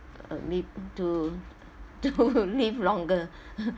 uh liv~ to to live longer !huh!